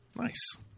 Nice